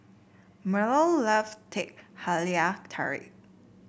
Merl loves Teh Halia Tarik